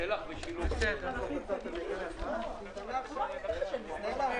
הישיבה ננעלה בשעה 14:00.